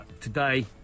Today